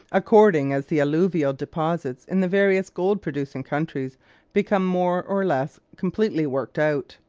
according as the alluvial deposits in the various gold-producing countries become more or less completely worked out.